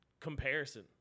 Comparison